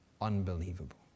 unbelievable